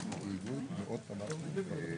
בשעה 12:28.